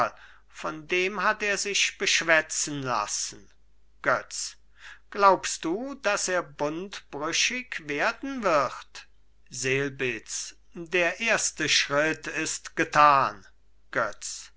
von dem hat er sich beschwätzen lassen götz glaubst du daß er bundbrüchig werden wird selbitz der erste schritt ist getan götz